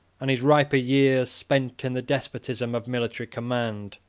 and his riper years spent in the despotism of military command.